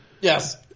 Yes